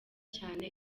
cyane